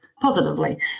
positively